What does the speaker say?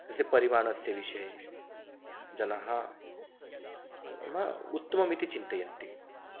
तस्य परिमाणस्य विषये जनाः न उत्तममिति चिन्तयन्ति